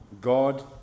God